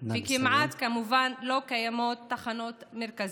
וכמובן כמעט לא קיימות תחנות מרכזיות.